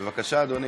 בבקשה, אדוני.